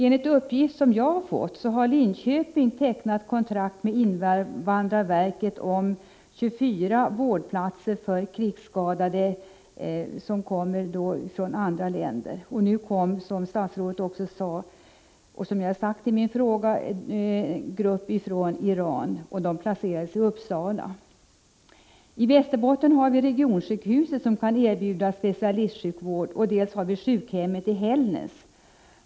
Enligt uppgifter som jag inhämtat har man i Linköping tecknat kontrakt med invandrarverket om 24 vårdplatser för krigsskadade som kommer hit från andra länder. Som = Prot. 1985/86:83 statsrådet påpekade och som jag framhållit i min fråga har en grupp 20 februari 1986 krigsskadade från Iran kommit till Sverige. Samtliga i gruppen placerades i Uppsala. I Västerbotten har vi dels regionsjukhuset, som kan erbjuda specialistsjukvård, dels sjukhemmet i Hällnäs.